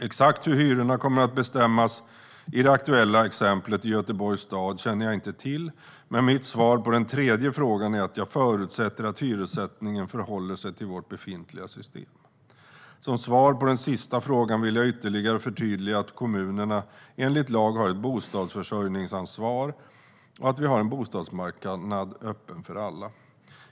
Exakt hur hyrorna kommer att bestämmas i det aktuella exemplet i Göteborgs stad känner jag inte till, men mitt svar på den tredje frågan är att jag förutsätter att hyressättningen förhåller sig till vårt befintliga system. Som svar på den sista frågan vill jag ytterligare förtydliga att kommunerna enligt lag har ett bostadsförsörjningsansvar och att vi har en bostadsmarknad som är öppen för alla.